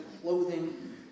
clothing